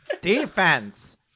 Defense